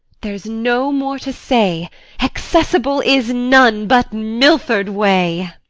there's no more to say accessible is none but milford way.